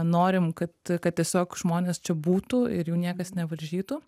norim kad kad tiesiog žmonės čia būtų ir jų niekas nevaržytų